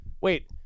Wait